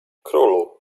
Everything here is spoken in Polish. królu